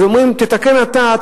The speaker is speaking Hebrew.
אז אומרים: תתקן אתה,